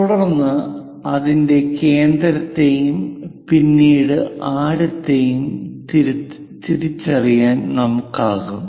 തുടർന്ന് അതിന്റെ കേന്ദ്രത്തെയും പിന്നീട് ആരത്തെയും തിരിച്ചറിയാൻ നമുക്കാകും